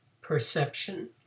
perception